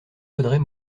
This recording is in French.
vaudrait